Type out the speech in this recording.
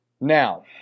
now